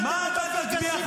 רגע לפני שאתה מצביע,